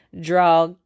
draw